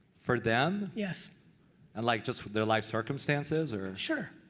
for them? yes and like just with their life circumstances or. sure,